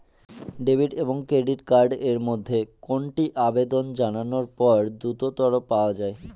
Debit এবং credit card এর মধ্যে কোনটি আবেদন জানানোর পর দ্রুততর পাওয়া য়ায়?